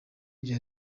bya